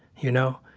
you know?